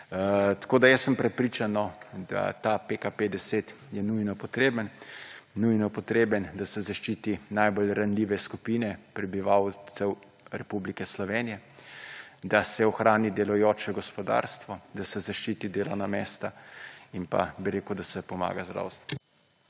Tako da jaz sem prepričan, da ta PKP 10 je nujno potreben, nujno potreben, da se zaščiti najbolj ranljive skupine prebivalcev Republike Slovenije, da se ohrani delujoče gospodarstvo, da se zaščiti delovna mesta in pa, bi rekel, da se pomaga zdravstvu.